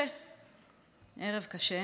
כאימא אני באמת לא יכולה לדמיין לעצמי את הכאב הבלתי-נתפס